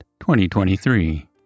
2023